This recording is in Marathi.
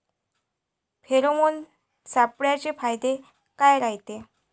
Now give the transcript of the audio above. फेरोमोन सापळ्याचे फायदे काय रायते?